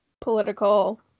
political